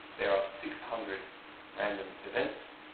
there are six hundred random events